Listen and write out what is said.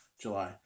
July